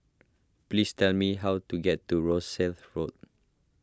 please tell me how to get to Rosyth Road